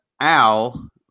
Al